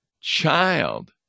child